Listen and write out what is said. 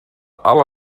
alle